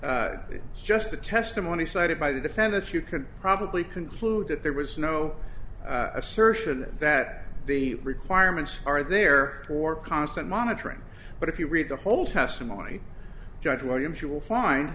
just the testimony cited by the defendants you can probably conclude that there was no assertion that the requirements are there for constant monitoring but if you read the whole testimony judge williams you will find